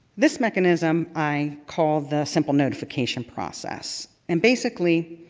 this mechanism i call the simple notification process. and basically